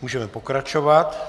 Můžeme pokračovat.